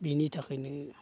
बिनि थाखायनो